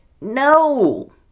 No